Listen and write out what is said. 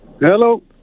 Hello